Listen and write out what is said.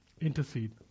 Intercede